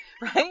Right